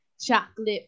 Chocolate